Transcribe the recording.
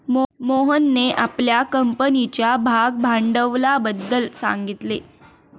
मोहनने आपल्या कंपनीच्या भागभांडवलाबद्दल सांगितले